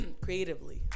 creatively